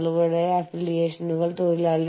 അതിനാൽ അത് offshoring ആണ്